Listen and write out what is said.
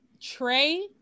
Trey